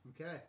Okay